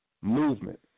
movement